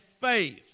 faith